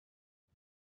flu